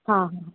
हाँ